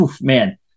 man